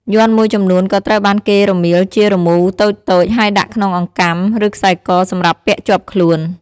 យ័ន្តមួយចំនួនក៏ត្រូវបានគេរមៀលជារមូរតូចៗ ហើយដាក់ក្នុងអង្កាំ ឬខ្សែកសម្រាប់ពាក់ជាប់ខ្លួន។